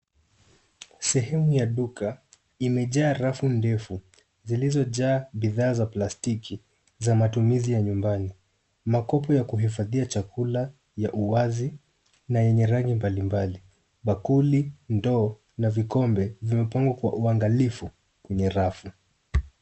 Sehemu ya duka imejaa rafu defu zilizojaa bidhaa za plastiki za matumizi ya nyumbani ,makopo ya kuhifadhia chakula ya uwazi na yenye rangi mbali mbali bakuli, ndoo na vikombe vimepagwa kwa uwangalifu kwenye rafu.